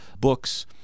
books